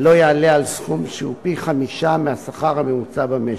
לא יעלה על סכום שהוא פי-חמישה מהשכר הממוצע במשק.